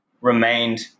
remained